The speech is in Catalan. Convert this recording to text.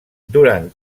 durant